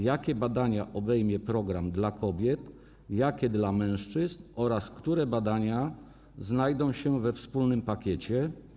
Jakie badania obejmie program dla kobiet, jakie program dla mężczyzn oraz jakie badania znajdą się we wspólnym pakiecie?